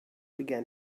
began